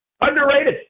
underrated